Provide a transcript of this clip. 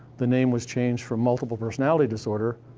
the name was changed from multiple personality disorder,